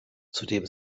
zudem